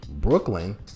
Brooklyn